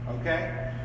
Okay